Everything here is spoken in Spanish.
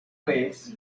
vez